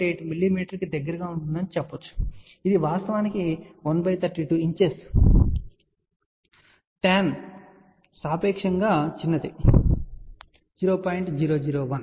8 మిమీకి దగ్గరగా ఉంటుందని చెప్పవచ్చు ఇది వాస్తవానికి 132 ఇంచెస్ tan సాపేక్షము గా చిన్నది 0